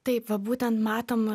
taip būtent matom